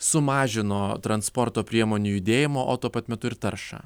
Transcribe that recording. sumažino transporto priemonių judėjimo o tuo pat metu ir taršą